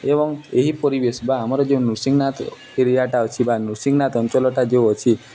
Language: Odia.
ଏବଂ ଏହି ପରିବେଶ ବା ଆମର ଯେଉଁ ନୃସିଂନାଥ ଏରିଆଟା ଅଛି ବା ନୃସିଂନାଥ ଅଞ୍ଚଲଟା ଯେଉଁ ଅଛି